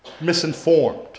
misinformed